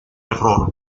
error